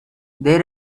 there